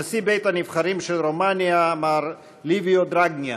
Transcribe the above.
נשיא בית הנבחרים של רומניה, מר ליביו דרגנאה.